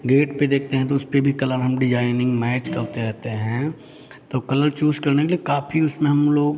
gate पे देखते हैं तो उसपे भी कलर हम डिज़ाइनिंग मैच करते रहते हैं तो कलर चूज़ करने के लिए काफ़ी उसमें हम लोग